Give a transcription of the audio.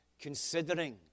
considering